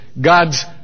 God's